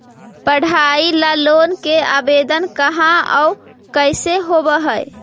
पढाई ल लोन के आवेदन कहा औ कैसे होब है?